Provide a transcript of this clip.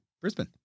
Brisbane